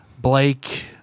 Blake